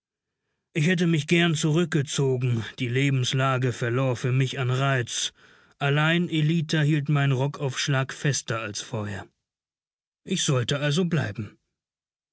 ich hätte mich gern zurückgezogen die lebenslage verlor für mich an reiz allein ellita hielt meinen rockaufschlag fester als vorher ich sollte also bleiben